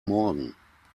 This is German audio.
morgen